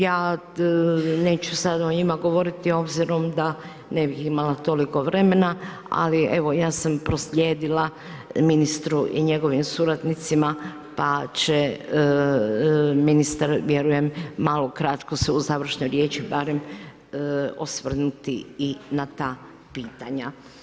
Ja neću sad o njima govoriti obzirom da ne bih imala toliko vremena, ali evo ja sam proslijedila ministru i njegovim suradnicima pa će ministar vjerujem malo kratko se u završnoj riječi barem osvrnuti i na ta pitanja.